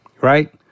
right